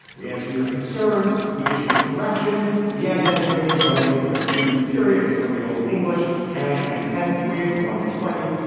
we answer your concerns. we issue corrections. the and antenna twigg is our name for a three week period. it's from the old english and and ten twigg one in twenty.